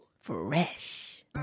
Fresh